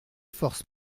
force